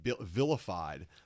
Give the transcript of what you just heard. vilified